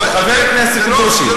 טוב, חבר הכנסת ברושי,